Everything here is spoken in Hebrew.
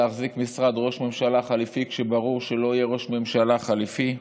להחזיק משרד ראש ממשלה חליפי כשברור שלא יהיה ראש ממשלה חליפי,